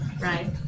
right